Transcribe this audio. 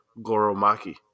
Goromaki